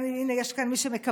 הינה, יש כאן מי שמקווה.